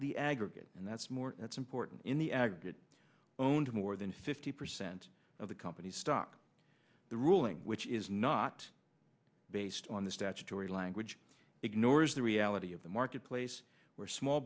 the aggregate and that's more that's important in the aggregate owned more than fifty percent of the company's stock the ruling which is not based on the statutory language ignores the reality of the marketplace where small